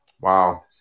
Wow